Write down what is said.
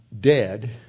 dead